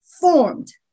formed